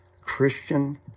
Christian